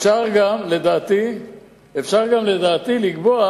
אפשר לדעתי גם לקבוע